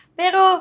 pero